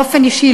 באופן אישי,